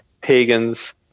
pagans